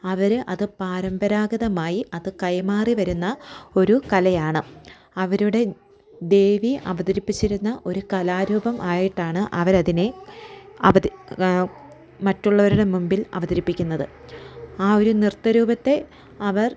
അവർ അത് പരമ്പരാഗതമായി അതു കൈമാറി വരുന്ന ഒരു കലയാണ് അവരുടെ ദേവി അവതരിപ്പിച്ചിരുന്ന ഒരു കലാരൂപം ആയിട്ടാണ് അവർ അതിനെ മറ്റുള്ളവരുടെ മുമ്പിൽ അവതരിപ്പിക്കുന്നത് ആ ഒരു നൃത്തരൂപത്തെ അവർ